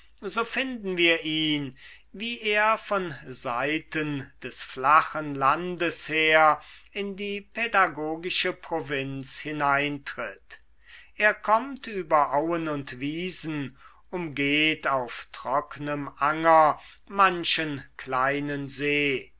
so finden wir ihn wie er von seiten des flachen landes her in die pädagogische provinz hineintritt er kommt über auen und wiesen umgeht auf trocknem anger manchen kleinen see